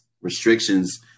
restrictions